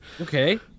Okay